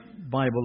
Bible